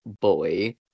boy